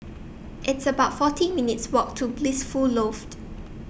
It's about forty minutes' Walk to Blissful Loft